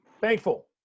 Thankful